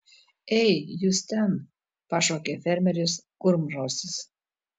ei jūs ten pašaukė fermeris kurmrausis